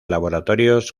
laboratorios